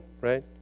right